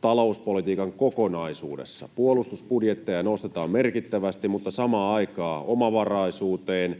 talouspolitiikan kokonaisuudessa. Puolustusbudjetteja nostetaan merkittävästi, mutta samaan aikaan omavaraisuuteen,